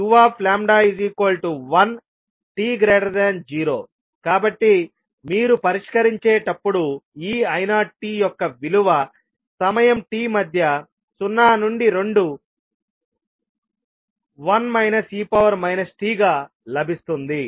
కాబట్టి మీరు పరిష్కరించేటప్పుడు ఈ i0 t యొక్క విలువ సమయం t మధ్య సున్నా నుండి రెండు 1 e t గా లభిస్తుంది